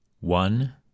One